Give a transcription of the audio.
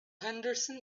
henderson